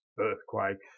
earthquakes